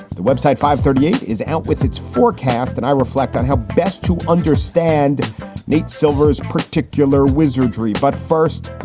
the website five thirty eight is out with its forecast. and i reflect on how best to understand nate silver's particular wizardry. but first,